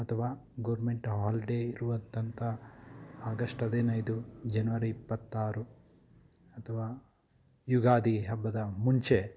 ಅಥವಾ government holiday ಇರುವಂಥಂಥ August ಹದಿನೈದು ಜನವರಿ ಇಪ್ಪತ್ತಾರು ಅಥವಾ ಯುಗಾದಿ ಹಬ್ಬದ ಮುಂಚೆ